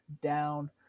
down